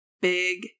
big